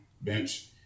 bench